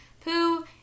poo